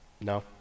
No